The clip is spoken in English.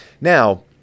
Now